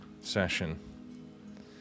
session